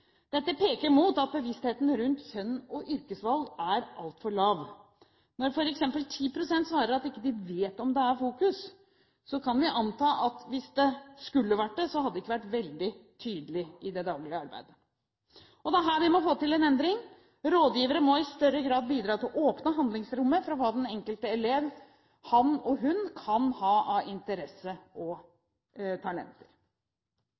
Dette peker mot at bevisstheten rundt kjønn og yrkesvalg er altfor lav. Når f.eks. 10 pst. svarer at de ikke vet om det er en fokusering, kan vi anta at hvis det skulle være det, er det ikke veldig tydelig i det daglige arbeidet. Det er her vi må få til en endring. Rådgivere må i større grad bidra til å åpne handlingsrommet for hva den enkelte elev, han eller hun, kan ha av